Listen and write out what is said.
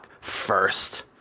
first